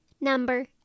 number